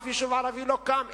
אף יישוב ערבי לא קם,